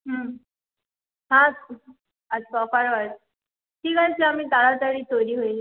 হুম আচ্ছা ঠিক আছে আমি তাড়াতাড়ি তৈরি হয়ে